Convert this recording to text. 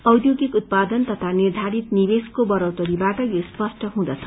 औद्योगिक उत्पादन तथा निर्यारित निवेशको बढ़ोत्तरीबाट यो स्पष्ट हुँदछ